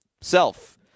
self